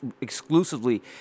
exclusively